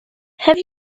have